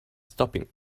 stopping